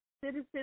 citizens